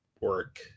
work